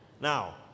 Now